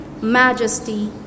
majesty